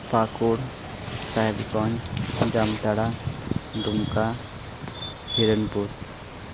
Pakur Sahebganj Jamtara Dumka Hironpur